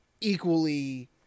equally